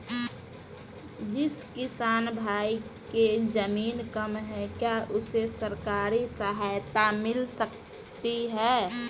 जिस किसान भाई के ज़मीन कम है क्या उसे सरकारी सहायता मिल सकती है?